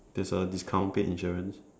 there's a discount paid insurance